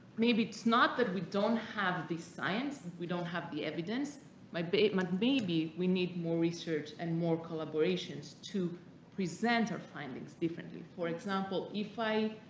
maybe it's not that we don't have these science we don't have the evidence my bateman maybe we need more research and more collaborations to present our findings differently for example if i